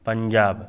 Punjab